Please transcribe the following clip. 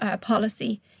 policy